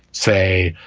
say,